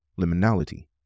liminality